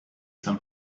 some